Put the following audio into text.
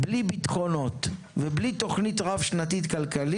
בלי ביטחונות ובלי תוכנית כלכלית רב שנתית